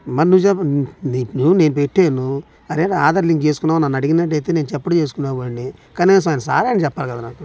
మరి నువ్వు చెప్పాను నీకు నీకు నేను పెట్టాను అరే ఆధార్ లింక్ చేసుకున్నావా అని నన్ను అడిగినట్టయితే నేను అప్పుడే చేసుకునే వాడిని కనీసం ఆయన సార్ అయినా చెప్పాలి కదరా నాకు